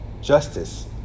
justice